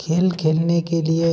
खेल खेलने के लिए